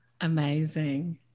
amazing